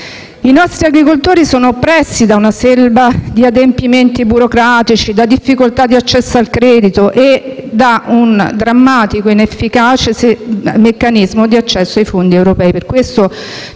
I nostri agricoltori sono oppressi da una selva di adempimenti burocratici, da difficoltà di accesso al credito e da un drammatico e inefficace meccanismo di accesso ai fondi europei. Per questo,